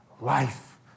life